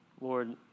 Lord